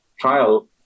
trial